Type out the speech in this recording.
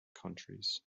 countries